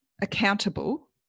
accountable